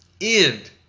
End